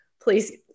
please